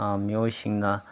ꯃꯤꯑꯣꯏꯁꯤꯡꯅ